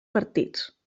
partits